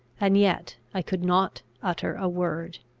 and yet i could not utter a word.